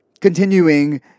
Continuing